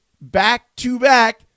back-to-back